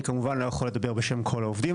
אני כמובן לא יכול לדבר בשם כל העובדים,